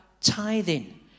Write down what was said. tithing